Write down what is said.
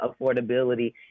affordability